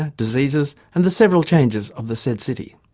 ah diseases and the several changes of the said city'.